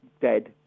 dead